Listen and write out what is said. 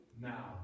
now